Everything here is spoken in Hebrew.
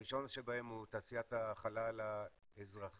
הראשון בהם הוא תעשיית החלל האזרחית.